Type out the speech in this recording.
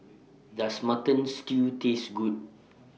Does Mutton Stew Taste Good